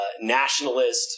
nationalist